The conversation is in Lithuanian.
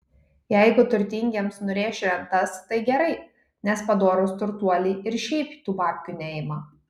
jeigu turtingiems nurėš rentas tai gerai nes padorūs turtuoliai ir šiaip tų babkių neima